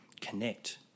connect